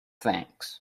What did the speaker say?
thanks